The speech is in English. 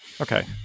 Okay